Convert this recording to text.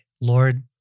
Lord